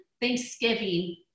Thanksgiving